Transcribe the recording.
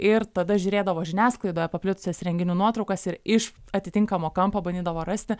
ir tada žiūrėdavo žiniasklaidoje paplitusias renginių nuotraukas ir iš atitinkamo kampo bandydavo rasti